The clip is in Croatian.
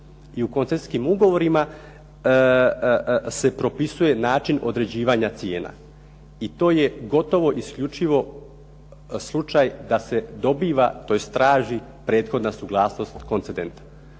I u koncesijskim ugovorima se propisuje način određivanja cijena. I to je gotovo isključivo slučaj da se dobiva tj. traži prethodna suglasnost koncendenta.